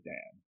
Dan